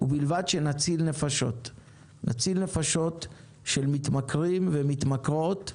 ובלבד שנציל נפשות של מתמכרים ומתמכרות.